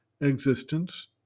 existence